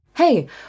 Hey